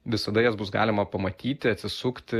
visada jas bus galima pamatyti atsisukti